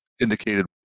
indicated